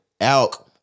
Alk